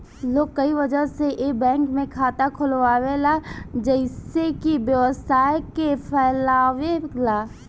लोग कए वजह से ए बैंक में खाता खोलावेला जइसे कि व्यवसाय के फैलावे ला